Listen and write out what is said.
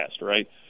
right